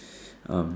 um